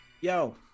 Yo